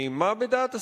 מה בדעת השר,